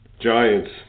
Giants